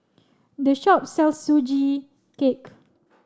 this shop sells sugee cake